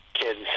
Kids